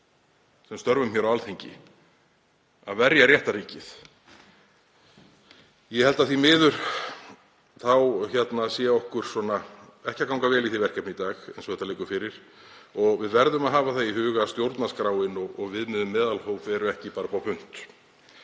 sem störfum á Alþingi að verja réttarríkið. Ég held að því miður gangi okkur ekki vel í því verkefni í dag eins og þetta liggur fyrir. Við verðum að hafa það í huga að stjórnarskráin og viðmið um meðalhóf eru ekki bara upp á punt.